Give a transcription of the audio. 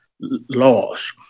laws